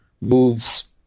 moves